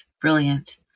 brilliant